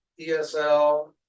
ESL